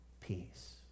peace